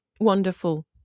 wonderful